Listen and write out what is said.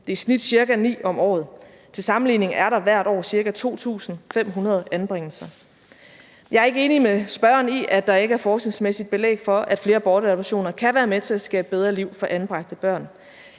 det er i snit ca. 9 om året. Til sammenligning er der hvert år ca. 2.500 anbringelser. Jeg er ikke enig med spørgeren i, at der ikke er forskningsmæssigt belæg for, at flere bortadoptioner kan være med til at skabe et bedre liv for anbragte børn.